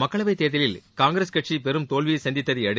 மக்களவைத் தேர்தலில் காங்கிரஸ் கட்சி பெரும் தோல்வியை சந்தித்ததை அடுத்து